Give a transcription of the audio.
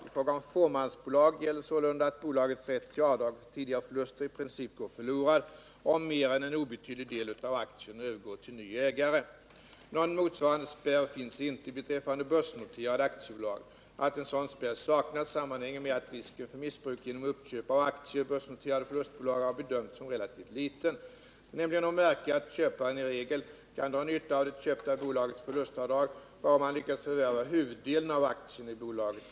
I fråga om fåmansbolag gäller sålunda att bolagets rätt till avdrag för tidigare förluster i princip går förlorad om mer än en obetydlig del av aktierna övergår till ny ägare. Någon motsvarande spärr finns inte beträffande börsnoterade aktiebolag. Att en sådan spärr saknas sammanhänger med att risken för missbruk genom uppköp av aktier i börsnoterade förlustbolag har bedömts som relativt liten. Det är nämligen att märka att köparen i regel kan dra nytta av det köpta bolagets förlustavdrag bara om han lyckas förvärva huvuddelen av aktierna i bolaget.